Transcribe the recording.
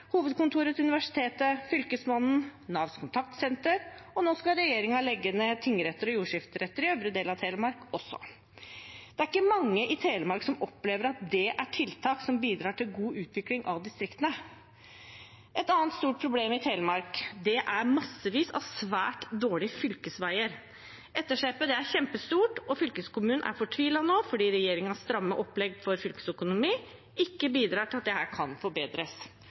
hovedkontoret til universitetet, Fylkesmannen, Navs kontaktsenter – og nå skal regjeringen legge ned tingretter og jordskifteretter i øvre del av Telemark også. Det er ikke mange i Telemark som opplever at det er tiltak som bidrar til god utvikling av distriktene. Et annet stort problem i Telemark er massevis av svært dårlige fylkesveier. Etterslepet er kjempestort. Fylkeskommunen er nå fortvilet fordi regjeringens stramme opplegg for fylkesøkonomien ikke bidrar til at dette kan forbedres.